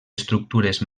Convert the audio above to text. estructures